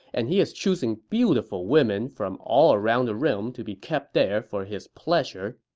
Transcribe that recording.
and he is choosing beautiful women from all around the realm to be kept there for his pleasure.